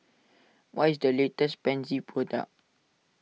what is the latest Pansy product